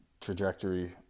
trajectory